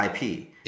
IP